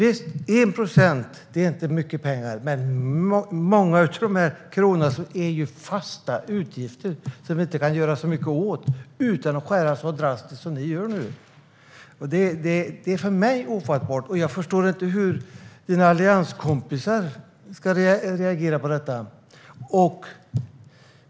1 procent är inte mycket pengar, men många av kronorna går till fasta utgifter som man inte kan göra så mycket åt utan att skära så drastiskt som ni gör. Det är för mig ofattbart, och jag förstår inte hur dina allianskompisar ska reagera på detta.